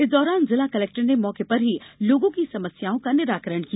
इस दौरान जिला कलेक्टर ने मौके पर ही लोगों की समस्याओं का निराकरण किया